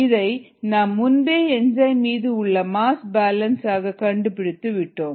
இதை நாம் முன்பே என்சைம் மீது உள்ள மாஸ் பேலன்ஸ் ஆக கண்டுபிடித்து விட்டோம்